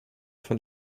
von